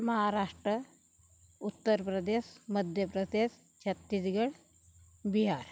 Maharashtra Uttar Pradesh Madhya Pradesh Chhattisgarh Bihar